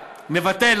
נבטל,